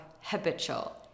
habitual